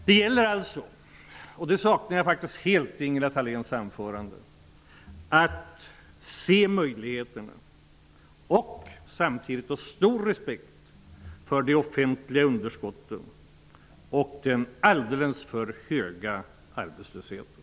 Det gäller alltså -- och det saknar jag helt i Ingela Thaléns anförande -- att se möjligheterna och samtidigt ha stor respekt för de offentliga underskotten och den alldeles för höga arbetslösheten.